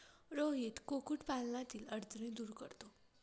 रोहित कुक्कुटपालनातील अडचणी दूर करतो